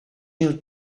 mil